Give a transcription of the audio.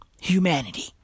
Humanity